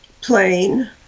plain